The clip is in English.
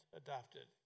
adopted